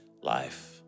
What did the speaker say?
life